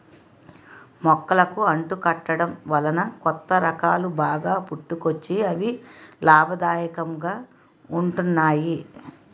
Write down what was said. మొక్కలకు అంటు కట్టడం వలన కొత్త రకాలు బాగా పుట్టుకొచ్చి అవి లాభదాయకంగా ఉంటున్నాయి